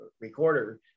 recorder